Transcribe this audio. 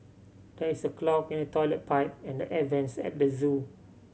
there is a clog in the toilet pipe and the air vents at the zoo